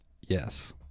Yes